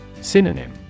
Synonym